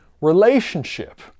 relationship